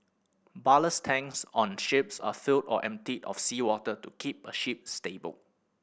ballast tanks on ships are filled or emptied of seawater to keep a ship stable